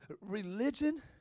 religion